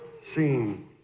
seen